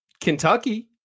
Kentucky